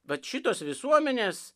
vat šitos visuomenės